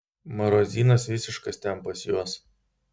marozynas visiškas ten pas juos